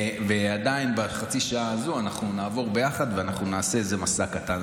ועדיין בחצי השעה הזו אנחנו נעבור ביחד ואנחנו נעשה איזה מסע קטן.